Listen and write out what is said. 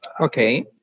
Okay